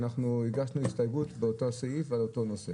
אנחנו הגשנו הסתייגות באותו סעיף ועל אותו נושא.